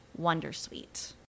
wondersuite